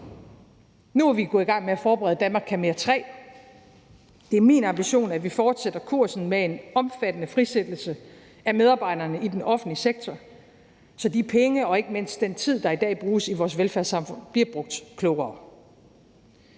Nu er vi gået i gang med at forberede »Danmark kan mere III«. Det er min ambition, at vi fortsætter kursen med en omfattende frisættelse af medarbejderne i den offentlige sektor, så de penge og ikke mindst den tid, der i dag bruges i vores velfærdssamfund, bliver brugt klogere.